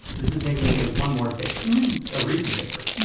this is making me think of one more favorite ah recent favorite,